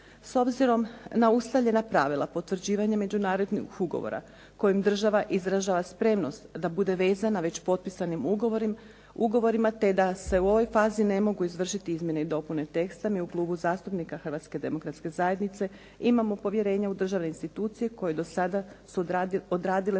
S obzirom na ustaljena pravila potvrđivanja međunarodnih ugovora kojim država izražava spremnost da bude već vezana potpisanim ugovorima te da se u ovoj fazi ne mogu izvršiti izmjene i dopune teksta mi u Klubu zastupnika HDZ-a imamo povjerenja u državne institucije koje do sada su odradile